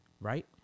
Right